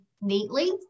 neatly